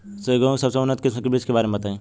गेहूँ के सबसे उन्नत किस्म के बिज के बारे में बताई?